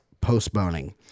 postponing